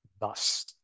thus